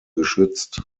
geschützt